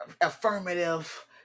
affirmative